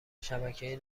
شبکه